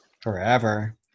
forever